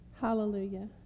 Hallelujah